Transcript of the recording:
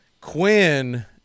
Quinn